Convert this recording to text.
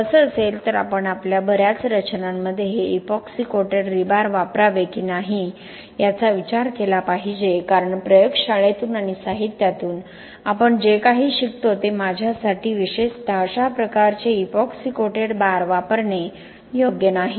जर असे असेल तर आपण आपल्या बर्याच रचनांमध्ये हे इपॉक्सी कोटेड रीबार वापरावे की नाही याचा विचार केला पाहिजे कारण प्रयोगशाळेतून आणि साहित्यातून आपण जे काही शिकतो ते माझ्यासाठी विशेषतः अशा प्रकारचे इपॉक्सी कोटेड बार वापरणे योग्य नाही